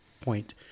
point—